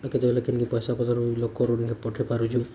ଆଉ କେତେବେଲେ କେମିତି ପଇସା ପତର୍ ଲୋକ ପଠେଇ ପାରୁଛୁ